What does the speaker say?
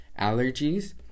allergies